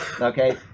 okay